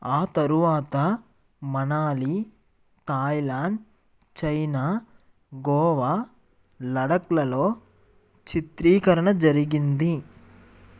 ఆ తరువాత Manali Thailand China Goa లదాఖ్లలో చిత్రీకరణ జరిగింది